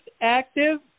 active